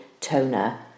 toner